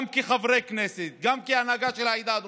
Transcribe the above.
גם כחברי כנסת, גם כהנהגה של העדה הדרוזית,